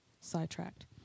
sidetracked